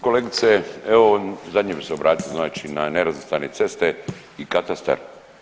Kolegice evo zadnji bih se obratio znači na nerazvrstane ceste i katastar.